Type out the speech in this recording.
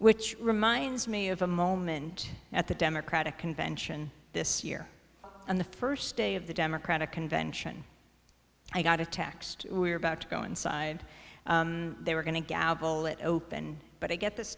which reminds me of a moment at the democratic convention this year and the first day of the democratic convention i got a text we're about to go inside and they were going to gavel it open but i get this